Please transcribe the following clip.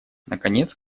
наконец